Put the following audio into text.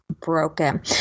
broken